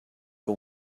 que